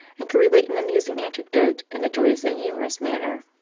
and could relate an amusing anecdote in a joyous and humorous manner.